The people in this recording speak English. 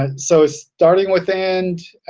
ah so starting with end,